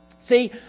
See